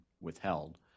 withheld